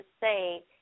say